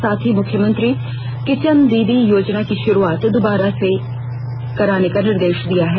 साथ ही मुख्यमंत्री किचन दीदी योजना की शुरुआत दोबारा से शुरू करने का निर्देश दिया गया है